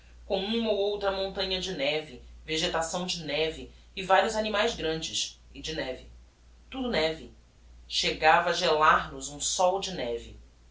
com uma ou outra montanha de neve vegetação de neve e varios animaes grandes e de neve tudo neve chegava a gelar nos um sol de neve